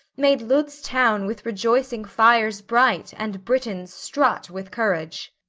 made lud's town with rejoicing fires bright and britons strut with courage.